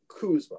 Kuzma